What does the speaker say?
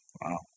Wow